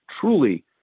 truly